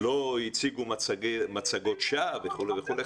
לא הציגו מצגות שווא וכולי.